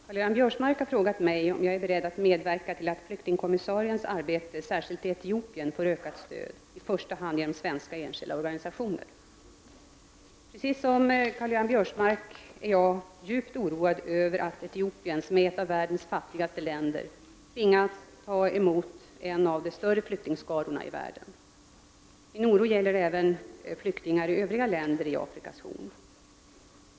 Herr talman! Karl-Göran Biörsmark har frågat mig om jag är beredd att medverka till att flyktingkommissariens arbete särskilt i Etiopien får ökat stöd, i första hand genom svenska enskilda organisationer. Precis som Karl-Göran Biörsmark är jag djupt oroad över att Etiopien, som är ett av världens fattigaste länder, tvingats ta emot en av de större flyktingskarorna i världen. Min oro gäller även flyktingar i övriga länder på Afrikas Horn.